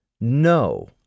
No